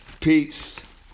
Peace